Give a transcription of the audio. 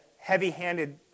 heavy-handed